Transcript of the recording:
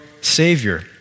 savior